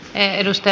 kiitos